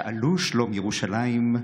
שאלו שלום ירושלים,